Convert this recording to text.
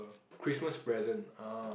Christmas present ah